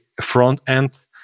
front-end